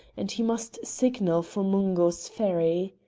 and he must signal for mungo's ferry.